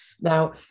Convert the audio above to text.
Now